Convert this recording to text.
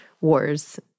wars